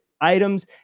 items